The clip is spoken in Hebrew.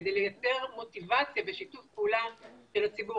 כדי לייצר מוטיבציה בשביל כולם בציבור.